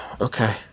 okay